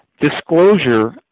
Disclosure